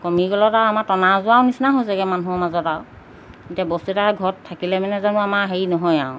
কমি গ'লত আৰু আমাৰ টনা আজোৰা নিচিনা হৈছেগৈ মানুহৰ মাজত আৰু এতিয়া বস্তু এটা ঘৰত থাকিলে মানে জানো আমাৰ হেৰি নহয় আৰু